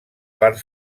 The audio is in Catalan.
part